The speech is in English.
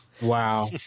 Wow